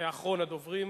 אחרון הדוברים.